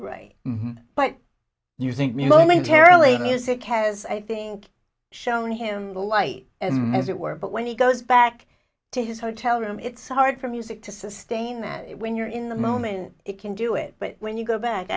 d but you think momentarily music has i think shown him the light as it were but when he goes back to his hotel room it's so hard for music to sustain that when you're in the moment it can do it but when you go back